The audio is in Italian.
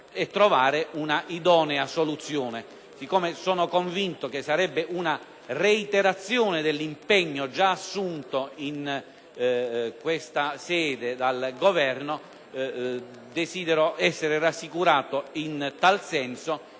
per trovare una soluzione idonea. Siccome sono convinto che sarebbe una reiterazione dell’impegno gia assunto in questa sede dal Governo, desidero essere rassicurato in tal senso